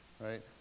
right